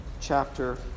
chapter